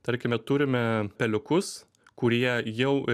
tarkime turime peliukus kurie jau